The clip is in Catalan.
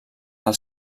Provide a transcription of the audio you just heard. del